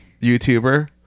Youtuber